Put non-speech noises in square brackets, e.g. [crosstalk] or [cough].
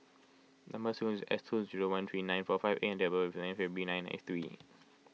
Number Sequence is S two zero one three nine four five A and date of birth is nineteen February [noise]